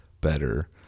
better